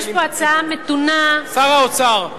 יש פה הצעה מתונה, שר האוצר.